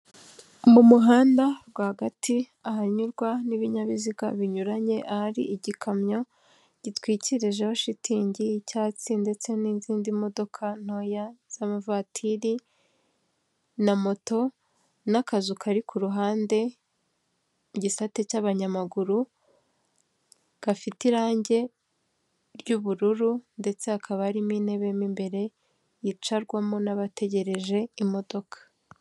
Mu muhanda rwagati ahanyurwa n'ibinyabiziga binyuranye ahari igikamyo gitwikirijeho shitingi y'icyatsi ndetse n'izindi modoka ntoya z'amavatiri na moto n'akazu kari ku ruhande, igisate cy'abanyamaguru gafite irange ry'ubururu ndetse hakaba harimo intebe mu imbere yicarwamo n'abategereje imodoka.